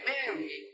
Mary